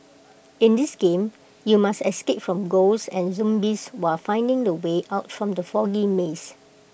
in this game you must escape from ghosts and zombies while finding the way out from the foggy maze